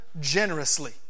generously